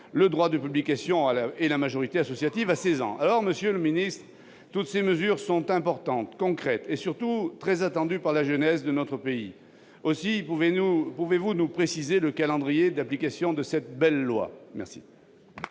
le droit de publication et la majorité associative à 16 ans. Monsieur le ministre, toutes ces mesures sont importantes, concrètes et, surtout, très attendues par la jeunesse de notre pays. Aussi, pouvez-vous nous préciser le calendrier d'application de cette belle loi ? La